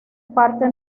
parte